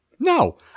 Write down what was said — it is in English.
No